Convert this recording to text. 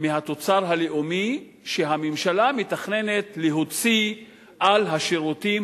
מהתוצר הלאומי שהממשלה מתכננת להוציא על השירותים